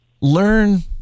learn